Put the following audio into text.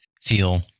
feel